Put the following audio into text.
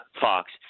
Fox